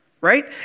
right